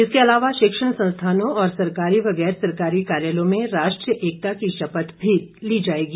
इसके अलावा शिक्षण संस्थानों और सरकारी व गैर सरकारी कार्यालयों में राष्ट्रीय एकता की शपथ भी ली जाएगी